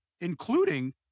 including